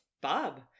Bob